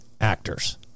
actors